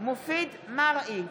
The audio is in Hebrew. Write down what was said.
מופיד מרעי,